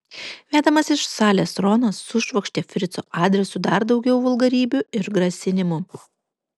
vedamas iš salės ronas sušvokštė frico adresu dar daugiau vulgarybių ir grasinimų